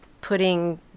putting